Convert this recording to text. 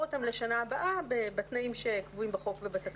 אותם לשנה הבאה בתנאים שקבועים בחוק ובתקנות.